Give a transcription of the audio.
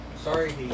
sorry